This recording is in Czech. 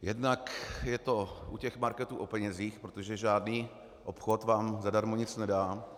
Jednak je to u těch marketů o penězích, protože žádný obchod vám zadarmo nic nedá.